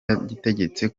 yategetse